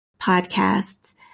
podcasts